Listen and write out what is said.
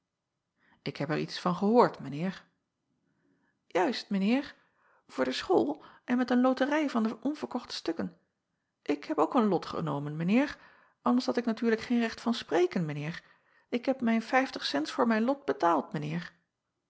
k heb er niets van gehoord mijn eer uist mijn eer voor de school en met een loterij van de onverkochte stukken k heb ook een lot genomen mijn eer anders had ik natuurlijk geen recht van spreken mijn eer k heb mijn vijftig cents voor mijn lot betaald